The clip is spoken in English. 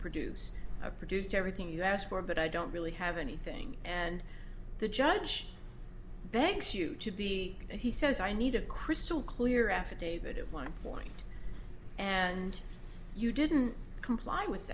produce i've produced everything you asked for but i don't really have anything and the judge banks you should be and he says i need a crystal clear affidavit at one point and you didn't comply with